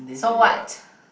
so what